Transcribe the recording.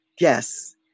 Yes